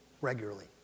regularly